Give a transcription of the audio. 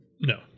No